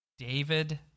David